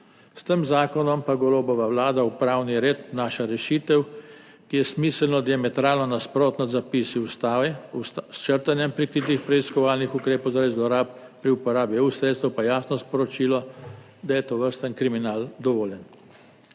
S tem zakonom pa Golobova vlada v pravni red vnaša rešitev, ki je smiselno diametralno nasprotna z zapisi v ustavi, s črtanjem prikritih preiskovalnih ukrepov zaradi zlorab pri uporabi sredstev EU pa jasno sporočilo, da je tovrsten kriminal dovoljen.